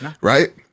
right